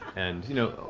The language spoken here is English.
and, you know,